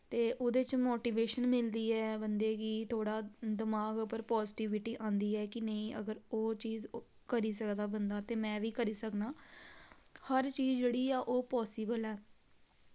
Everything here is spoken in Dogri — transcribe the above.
ते ओह्दे च मोटिवेशन मिलदी ऐ बंदे गी थोह्ड़ा दमाग उप्पर पाजिटिविटी आंदी ऐ कि नेईं अगर ओह् चीज करी सकदा बंदा ते मैं वी करी सकना हर चीज जेह्ड़ी ऐ ओह् पासिबल ऐ